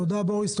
תודה רבה בוריס.